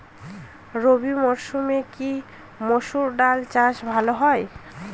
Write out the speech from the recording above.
রবি মরসুমে কি মসুর ডাল চাষ ভালো হয়?